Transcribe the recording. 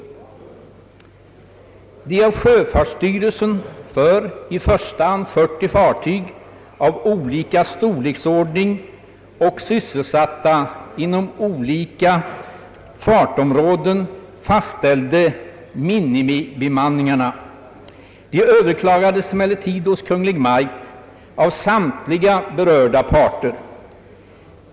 De av sjöfartsstyrelsen i första hand för 40 fartyg av olika storleksordning och sysselsättning inom olika fartområden fastställda minimibemanningarna överklagades emellertid hos Kungl. Maj:t av samtliga berörda parter.